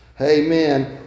Amen